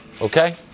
Okay